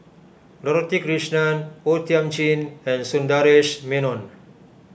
Dorothy Krishnan O Thiam Chin and Sundaresh Menon